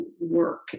work